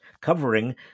covering